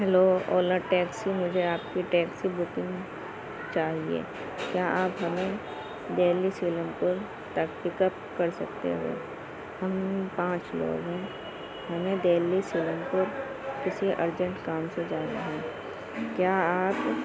hello Ola taxi مجھے آپ کی ٹیکسی بکنگ چاہیے کیا آپ ہمیں دہلی سلیم پور تک پک اپ كر سکتے ہو ہم پاںچ لوگ ہیں ہمیں دہلی سیلم پور کسی ارجنٹ کام سے جانا ہے کیا آپ